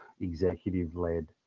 executive-led